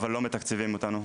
אבל לא מתקצבים אותנו.